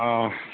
অঁ